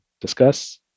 discuss